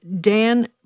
Dan